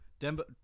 Denver